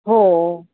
हो